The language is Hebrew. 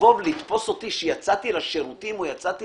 לבוא ולתפוס אותי שיצאתי לשירותים או יצאתי